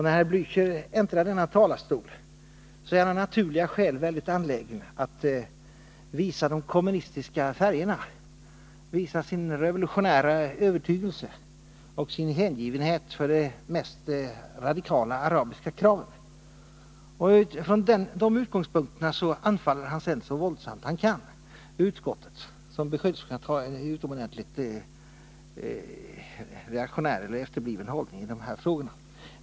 När herr Blächer äntrar denna talarstol är han av naturliga skäl mycket angelägen om att visa de kommunistiska färgerna, visa sin revolutionära övertygelse och sin hängivenhet för de mest radikala arabiska kraven. Från dessa utgångspunkter anfaller han sedan så våldsamt han kan utskottet, vilket beskylls för att ha en utomordentligt reaktionär eller efterbliven hållning i dessa frågor.